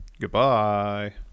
Goodbye